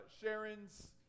Sharon's